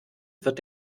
wird